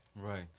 Right